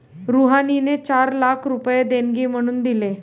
रुहानीने चार लाख रुपये देणगी म्हणून दिले